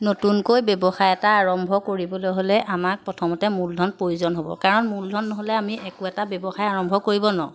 নতুনকৈ ব্যৱসায় এটা আৰম্ভ কৰিবলৈ হ'লে আমাক প্ৰথমতে মূলধন প্ৰয়োজন হ'ব কাৰণ মূলধন নহ'লে আমি একো এটা ব্যৱসায় আৰম্ভ কৰিব নোৱাৰোঁ